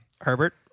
Herbert